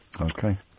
Okay